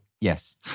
Yes